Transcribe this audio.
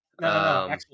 No